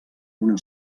una